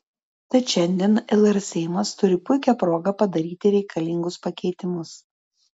tad šiandien lr seimas turi puikią progą padaryti reikalingus pakeitimus